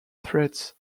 threats